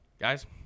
guys